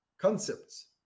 concepts